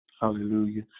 Hallelujah